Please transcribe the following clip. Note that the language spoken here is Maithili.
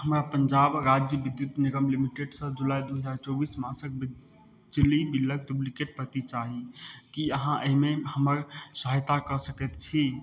हमरा पंजाब राज्य विद्युत निगम लिमिटेड सऽ जुलाई दू हजार चौबीस मासक बिजली बिलक डुप्लिकेट प्रति चाही की अहाँ एहिमे हमर सहायता कऽ सकैत छी